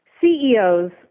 CEOs